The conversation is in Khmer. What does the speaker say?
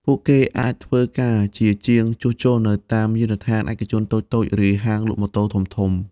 ពួកគេអាចធ្វើការជាជាងជួសជុលនៅតាមយានដ្ឋានឯកជនតូចៗឬហាងលក់ម៉ូតូធំៗ។